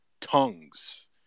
tongues